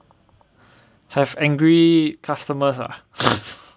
have angry customers not